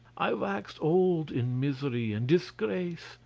i waxed old in misery and disgrace,